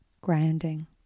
grounding